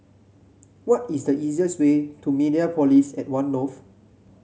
what is the easiest way to Mediapolis at One North